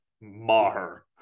Maher